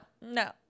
no